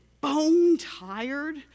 bone-tired